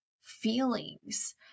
feelings